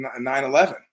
9-11